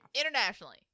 internationally